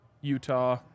Utah